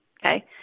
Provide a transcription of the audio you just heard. okay